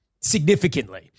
significantly